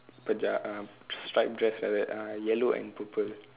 paja~ uh striped dress like that uh yellow and purple